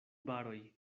baroj